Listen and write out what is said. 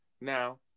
Now